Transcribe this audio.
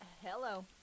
Hello